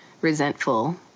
resentful